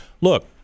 look